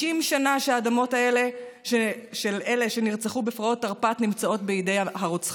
90 שנה שהאדמות של אלה שנרצחו בפרעות תרפ"ט נמצאות בידי הרוצחים.